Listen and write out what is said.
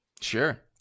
Sure